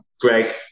Greg